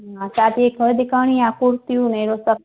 हा शादी जी खरीद करणी आहे कुर्तियूं हीअ उओ सभु